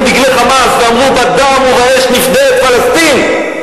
דגלי "חמאס" ואמרו: בדם ובאש נפדה את פלסטין.